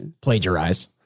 plagiarize